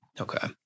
Okay